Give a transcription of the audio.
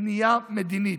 בנייה מדינית,